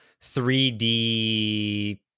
3D